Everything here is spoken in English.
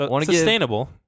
sustainable